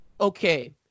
okay